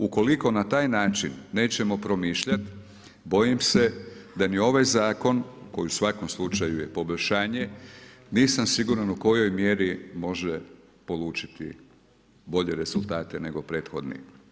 Ukoliko na taj način nećemo promišljati bojim se da ni ovaj zakon koji u svakom slučaju je poboljšanje nisam siguran u kojoj mjeri može polučiti bolje rezultate nego prethodni.